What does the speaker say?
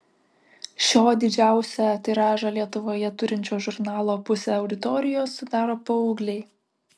šio didžiausią tiražą lietuvoje turinčio žurnalo pusę auditorijos sudaro paaugliai